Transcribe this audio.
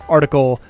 article